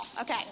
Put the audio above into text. Okay